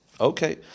Okay